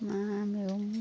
मा मैगं होनबावगोन दा